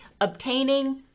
obtaining